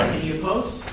any opposed?